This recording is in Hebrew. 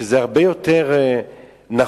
שזה הרבה יותר נכון.